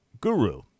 guru